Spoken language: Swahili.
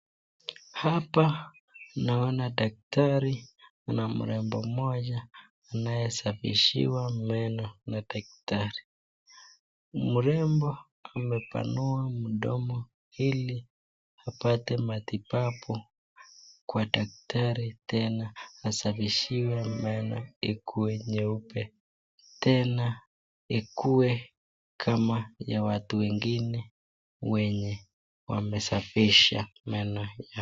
Hapa naona daktari na mrembo mmoja anayesafishiwa meno na daktari. Mrembo amepanua mdomo ili apate matibabu kwa daktari tena asafishiwe meno ikuwe nyeupe. Tena ikuwe kama ya watu wengine wenye wamesafisha meno.